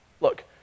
Look